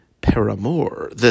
paramour